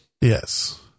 Yes